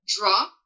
draw